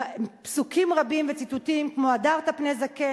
פסוקים רבים וציטוטים כמו "והדרת פני זקן",